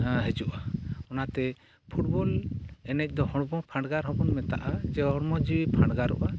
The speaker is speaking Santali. ᱦᱤᱡᱩᱜᱼᱟ ᱚᱱᱟᱛᱮ ᱯᱷᱩᱴᱵᱚᱞ ᱮᱱᱮᱡ ᱫᱚ ᱦᱚᱲᱢᱚ ᱯᱷᱟᱰᱜᱟᱨ ᱦᱚᱸᱵᱚᱱ ᱢᱮᱛᱟᱜᱼᱟ ᱡᱮ ᱦᱚᱲᱢᱚ ᱡᱤᱣᱤ ᱯᱷᱟᱰᱜᱟᱨᱚᱜᱼᱟ